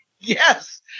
Yes